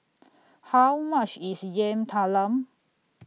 How much IS Yam Talam